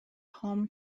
home